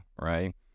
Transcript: right